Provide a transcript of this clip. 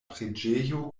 preĝejo